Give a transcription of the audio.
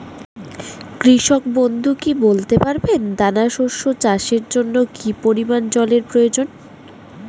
কৃষক বন্ধু কি বলতে পারবেন দানা শস্য চাষের জন্য কি পরিমান জলের প্রয়োজন?